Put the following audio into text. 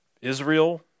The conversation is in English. Israel